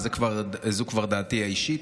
אבל זו כבר דעתי האישית.